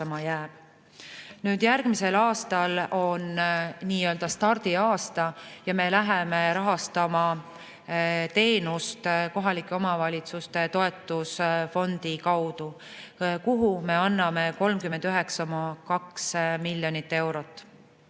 Järgmine aasta on nii-öelda stardiaasta ja me läheme teenust rahastama kohalike omavalitsuste toetusfondi kaudu, kuhu me anname 39,2 miljonit eurot.